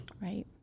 right